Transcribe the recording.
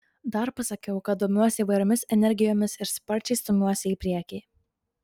dar pasakiau kad domiuosi įvairiomis energijomis ir sparčiai stumiuosi į priekį